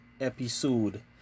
episode